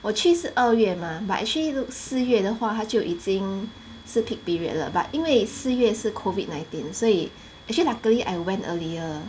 我去是二月 mah but actually 四月的话就已经是 peak period 了 but 因为四月是 COVID nineteen 所以 actually luckily I went earlier